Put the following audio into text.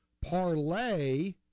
parlay